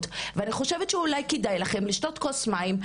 ואני חושבת שאולי כדאי לכן לשתות כוס מים,